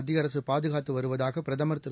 மத்திய அரசுபாதுகாத்துவருவதாகபிரதமர் திரு